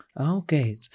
Okay